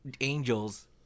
Angels